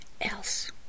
else